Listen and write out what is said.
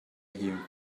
him